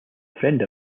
friend